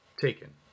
Taken